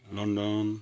London